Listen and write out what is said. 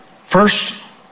First